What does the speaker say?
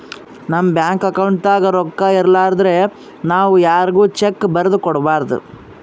ನಮ್ ಬ್ಯಾಂಕ್ ಅಕೌಂಟ್ದಾಗ್ ರೊಕ್ಕಾ ಇರಲಾರ್ದೆ ನಾವ್ ಯಾರ್ಗು ಚೆಕ್ಕ್ ಬರದ್ ಕೊಡ್ಬಾರ್ದು